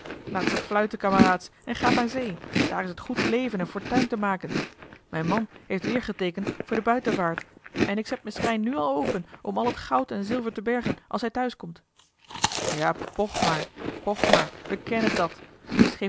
ze fluiten kameraads en gaat naar zee daar is t goed leven en fortuin te maken mijn man heeft weêr geteekend voor de buitenvaart en ik zet me schrijn nu al open om al t goud en zilver te bergen als hij thuis komt ja poch maar poch maar wij kennen dàt